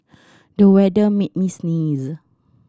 the weather made me sneeze